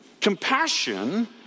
Compassion